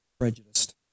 prejudiced